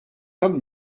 tan